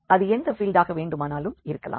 எனவே அது எந்த ஃபீல்டாக வேண்டுமானாலும் இருக்கலாம்